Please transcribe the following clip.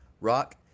Rock